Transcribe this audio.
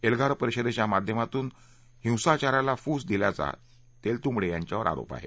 एल्गार परिषदेच्या माध्यमापासून हिंसाचाराला फूस दिल्याचा तेलतुंब ायांच्यावर आरोप आहे